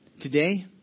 Today